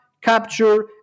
capture